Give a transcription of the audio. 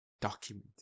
document